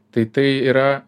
tai tai yra